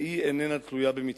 והיא איננה תלויה במצוות.